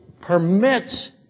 permits